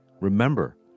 Remember